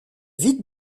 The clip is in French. vite